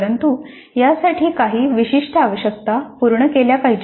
परंतु यासाठी काही विशिष्ट आवश्यकता पूर्ण केल्या पाहिजेत